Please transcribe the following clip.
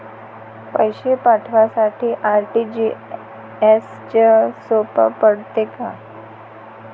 पैसे पाठवासाठी आर.टी.जी.एसचं सोप पडते का?